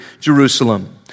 Jerusalem